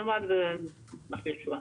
נלמד ונחזיר תשובה.